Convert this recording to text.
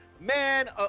man